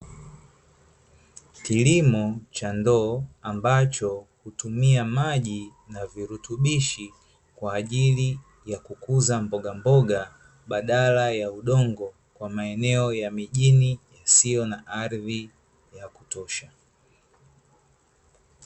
Kilimo cha ndoo, ambacho hutumia maji na virutubishi, kwa ajili ya kukuza mbogamboga badala ya udongo, kwa maeneo ya mijini yasiyo na ardhi ya kutosha.